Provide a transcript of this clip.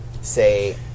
say